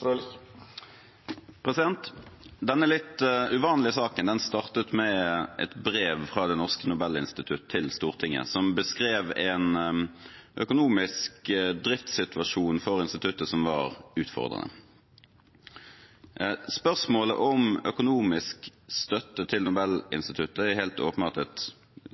for saken Denne litt uvanlige saken startet med et brev fra Det Norske Nobelinstitutt til Stortinget som beskrev en økonomisk driftssituasjon for instituttet som var utfordrende. Spørsmålet om økonomisk støtte til Nobelinstituttet er helt åpenbart et